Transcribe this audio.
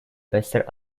besser